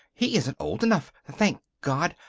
he isn't old enough, thank god!